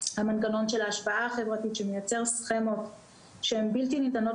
המנגנון של ההשפעה החברתית שמייצר סכמות שהם בלתי ניתנות